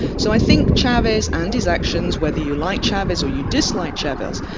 so i think chavez and his actions, whether you like chavez or you dislike chavez,